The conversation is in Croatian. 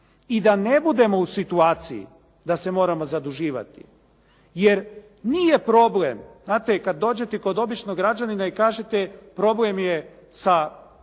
i da ne budemo u situaciji da se ne moramo zaduživati. Jer nije problem, znate i kada dođete kod običnog građanina i kažete problem je sa